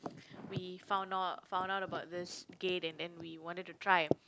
we found out found out about this gate and then we wanted to try